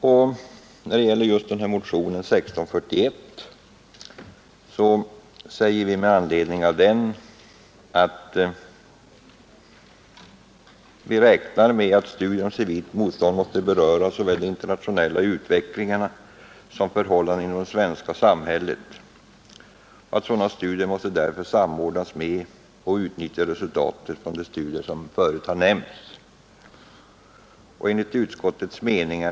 planering inom Med anledning av motionen 1641 säger utskottet att det ”räknar med totalförsvaret att studier om civilt motstånd måste beröra såväl den internationella utvecklingen som förhållandena inom det svenska samhället. Sådana studier måste därför samordnas med och utnyttja resultaten från de studier som förut nämnts.